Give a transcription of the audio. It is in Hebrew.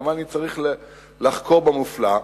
ולמה אני צריך לחקור במופלא,